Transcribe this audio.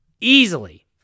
easily